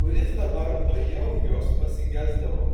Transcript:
kuris dabar tuojau jos pasigesdavo